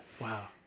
Wow